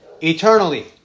eternally